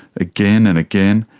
again and again?